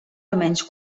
almenys